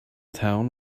town